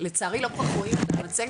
לצערי לא כל כך רואים את המצגת,